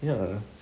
ya